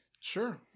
Sure